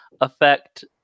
affect